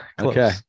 Okay